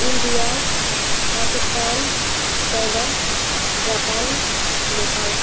India Pakistan China Japan Nepal